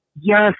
Yes